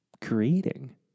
creating